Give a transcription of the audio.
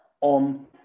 on